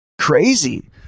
crazy